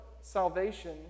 salvation